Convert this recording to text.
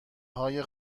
های